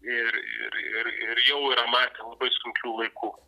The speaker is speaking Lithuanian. ir ir ir ir jau yra matę labai sunkių laikų